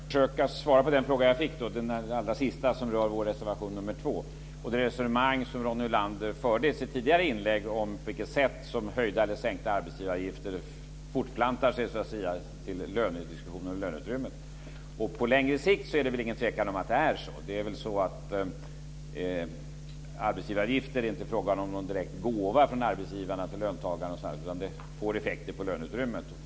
Fru talman! Jag ska försöka svara på den fråga jag fick - den allra sista, som rör vår reservation nr 2 - och på det resonemang som Ronny Olander förde i sitt tidigare inlägg om på vilket sätt höjda eller sänkta arbetsgivaravgifter fortplantar sig till lönediskussionen eller löneutrymmet. På längre sikt är det ingen tvekan om att det är så. Arbetsgivaravgifter är inte en direkt gåva från arbetsgivarna till löntagarna. Det får effekter på löneutrymmet.